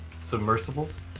submersibles